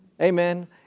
Amen